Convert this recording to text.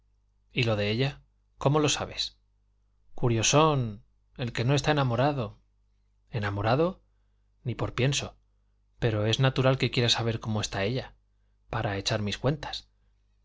y lo de ella cómo lo sabes curiosón el que no está enamorado enamorado ni por pienso pero es natural que quiera saber cómo está ella para echar mis cuentas